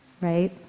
Right